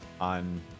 on